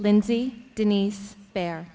lindsay denise bear